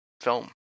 film